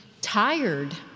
tired